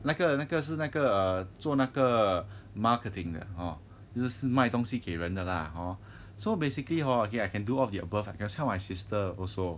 那个那个是那个做那个 marketing 的 hor 是卖东西给人的啦 hor so basically hor okay I can do all of the above I can sell my sister also